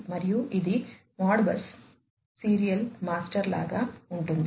మరియు ఇది Modbus serial master లాగా ఉంటుంది